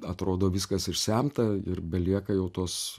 atrodo viskas išsemta ir belieka jau tos